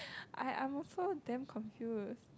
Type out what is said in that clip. I I'm also damn confused